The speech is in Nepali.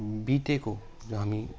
बितेको जो हामी